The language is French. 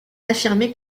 affirmée